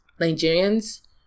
Nigerians